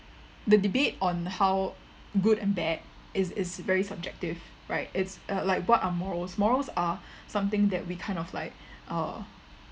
the debate on how good and bad is is very subjective right it's uh like what are morals morals are something that we kind of like uh